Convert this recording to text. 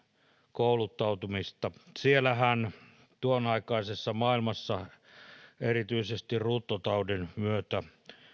kouluttautumista tuonaikaisessa maailmassahan erityisesti ruttotaudin myötä